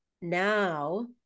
now